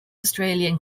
australian